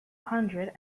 hundred